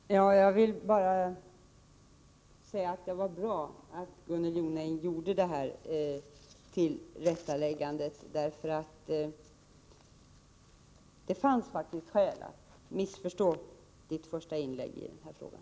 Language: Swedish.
Herr talman! Jag vill bara säga att det var bra att Gunnel Jonäng gjorde det här tillrättaläggandet. Det fanns faktiskt skäl att missförstå hennes första inlägg i den frågan.